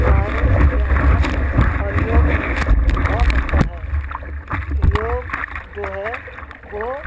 शारीरिक व्यायाम और योग में बहुत अंतर है योग जो है वह